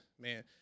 man